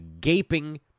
gaping